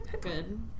Good